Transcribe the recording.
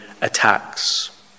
attacks